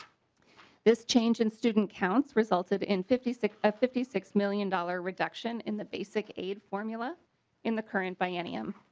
this change in student council resulted in fifty six at ah fifty six million dollar reduction in the basic aid formula in the current biennium.